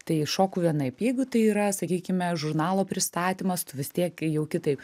tai šoku vienaip jeigu tai yra sakykime žurnalo pristatymas tu vis tiek jau kitaip